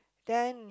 then